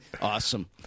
Awesome